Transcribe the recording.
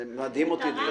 זה מדהים אותי.